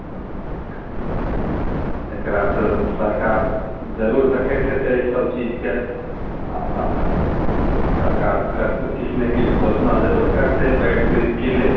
हँ एकरा तऽ सरकार जरुर देखैत हेतै सभ चीजके आर सरकार किछु ने किछु घोषणा जरुर करतै बाढ़ि पीड़ितके लेल